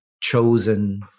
chosen